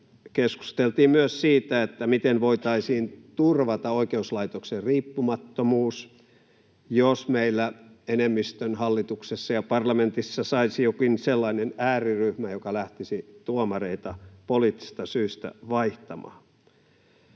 keskusteltiin myös siitä, miten voitaisiin turvata oikeuslaitoksen riippumattomuus, jos meillä hallituksessa ja parlamentissa enemmistön saisi jokin sellainen ääriryhmä, joka lähtisi poliittisista syistä vaihtamaan